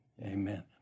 Amen